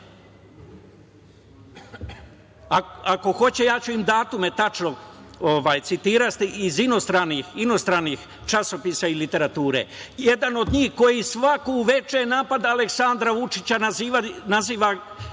Ako hoće ja ću im datume tačno citirati iz inostranih časopisa i literature. Jedan od njih koji svako veče napada Aleksandra Vučića, radi